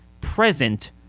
present